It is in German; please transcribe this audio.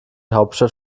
hauptstadt